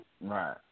Right